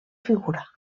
figura